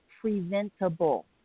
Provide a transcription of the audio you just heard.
preventable